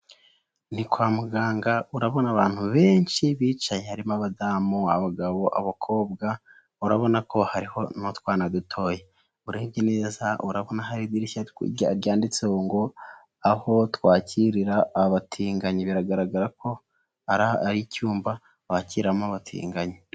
Ni kwa muganga urabona abantu benshi bicaye harimo abadamu, abagabo, abakobwa, urabona ko hariho n'u twana dutoya, urebye neza urabona hari idirishya ryanditseho ngo aho twakirira abatinganyi, biragaragara ko ari icyumba bakiramo abatinganyi.